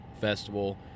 Festival